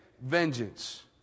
vengeance